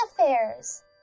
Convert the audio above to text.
affairs